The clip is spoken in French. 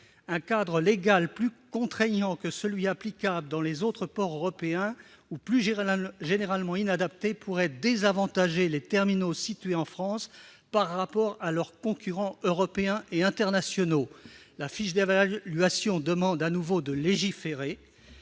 un cadre légal plus contraignant que celui qui est applicable dans les autres ports européens ou, plus généralement, inadapté pourrait désavantager les terminaux situés en France par rapport à leurs concurrents européens et internationaux. Dans cette fiche d'évaluation, il est demandé de légiférer